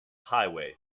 highway